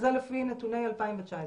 זה לפי נתוני 2019,